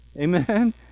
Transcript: Amen